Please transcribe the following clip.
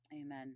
Amen